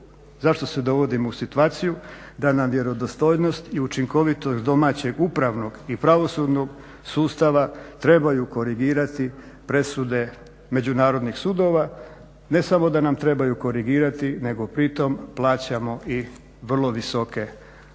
zašto se dovodimo u situaciju da nam vjerodostojnost i učinkovitost domaćeg upravnog i pravosudnog sustava trebaju korigirati presude međunarodnih sudova. Ne samo da nam trebaju korigirati, nego pritom plaćamo i vrlo visoke odštete